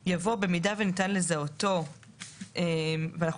"יבוא: "במידה וניתן לזהותו"," ואנחנו